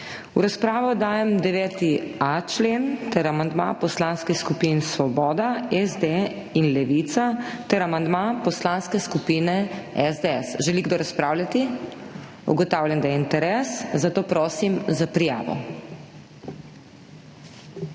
V razpravo dajem 9.a člen ter amandma Poslanskih skupin Svoboda, SD in Levica ter amandma Poslanske skupine SDS. Želi kdo razpravljati? Ugotavljam, da je interes, zato prosim za prijavo.